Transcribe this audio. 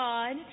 God